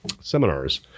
seminars